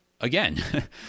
Again